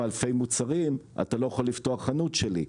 אלפי מוצרים אתה לא יכול לפתוח חנות שלי.